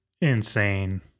insane